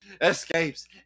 escapes